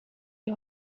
die